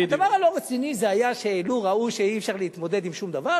הדבר הלא-רציני זה היה שראו שאי-אפשר להתמודד עם שום דבר,